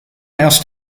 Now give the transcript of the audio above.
erst